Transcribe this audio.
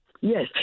Yes